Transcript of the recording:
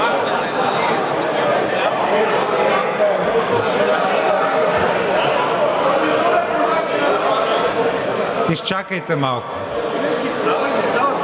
Изчакайте малко.